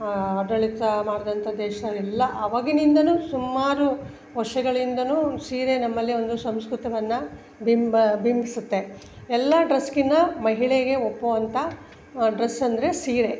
ಆಡಳಿತ ಮಾಡಿದಂಥ ದೇಶ ಎಲ್ಲ ಅವಾಗಿನಿಂದಲೂ ಸುಮಾರು ವರ್ಷಗಳಿಂದಲೂ ಸೀರೆ ನಮ್ಮಲ್ಲಿ ಒಂದು ಸಂಸ್ಕೃತವನ್ನ ಬಿಂಬ ಬಿಂಬಿಸುತ್ತೆ ಎಲ್ಲ ಡ್ರಸ್ಕಿಂತ ಮಹಿಳೆಗೆ ಒಪ್ಪುವಂಥ ಡ್ರಸ್ ಅಂದರೆ ಸೀರೆ